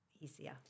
easier